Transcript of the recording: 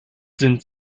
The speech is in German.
sind